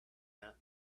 that